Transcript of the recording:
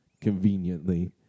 conveniently